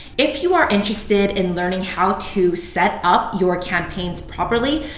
if you are interested in learning how to set up your campaigns properly,